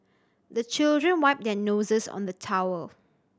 the children wipe their noses on the towel